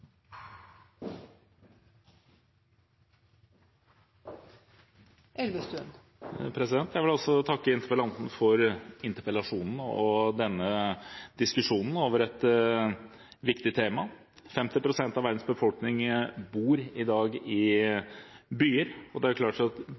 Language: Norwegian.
denne diskusjonen om et viktig tema. 50 pst. av verdens befolkning bor i dag i